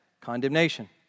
Condemnation